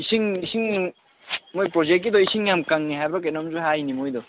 ꯏꯁꯤꯡ ꯏꯁꯤꯡ ꯃꯣꯏ ꯄ꯭ꯔꯣꯖꯦꯛꯀꯤꯗꯣ ꯏꯁꯤꯡ ꯌꯥꯝ ꯀꯪꯉꯦ ꯍꯥꯏꯕ꯭ꯔꯥ ꯀꯩꯅꯣꯝꯁꯨ ꯍꯥꯏꯅꯦ ꯃꯣꯏꯗꯣ